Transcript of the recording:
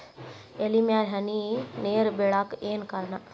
ಎಲೆ ಮ್ಯಾಲ್ ಹನಿ ನೇರ್ ಬಿಳಾಕ್ ಏನು ಕಾರಣ?